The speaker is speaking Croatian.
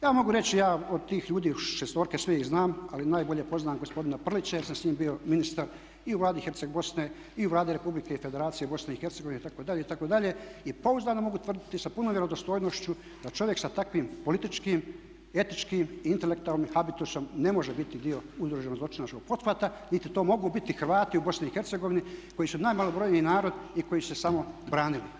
Ja mogu reći ja od tih ljudi, šestorke sve ih znam, ali najbolje poznam gospodina Prlića jer sam s njim bio ministar i u Vladi Herceg Bosne i u Vladi Republike i Federacije BiH itd., itd. i pouzdano mogu tvrditi sa punom vjerodostojnošću da čovjek sa takvim političkim, etičkim i intelektualnim habitusom ne može biti dio udruženog zločinačkog pothvata niti to mogu biti Hrvati u BiH koji su najmalobrojniji narod i koji su se samo branili.